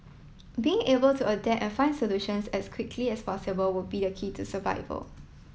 being able to adapt and find solutions as quickly as possible would be the key to survival